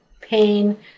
pain